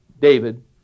David